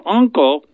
uncle